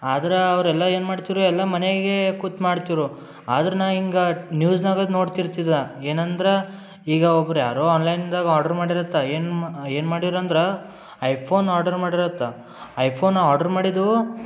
ಆದ್ರೆ ಅವರೆಲ್ಲ ಏನು ಮಾಡ್ತಿದ್ರು ಎಲ್ಲ ಮನೆಗೇ ಕೂತು ಮಾಡ್ತಿದ್ರು ಆದ್ರೆ ನಾನು ಹಿಂಗ ನ್ಯೂಝ್ನಾಗೆ ನೋಡ್ತಿರ್ತಿಲ್ಲ ಏನಂದ್ರೆ ಈಗ ಒಬ್ರು ಯಾರೋ ಆನ್ಲೈನ್ದಾಗೆ ಆರ್ಡ್ರು ಮಾಡಿರತ್ತೆ ಏನು ಮ್ ಏನು ಮಾಡಿರಂದ್ರೆ ಐಫೋನ್ ಆರ್ಡರ್ ಮಾಡಿರತ್ತೆ ಐಫೋನ್ ಆರ್ಡ್ರು ಮಾಡಿದ್ರು